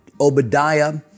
Obadiah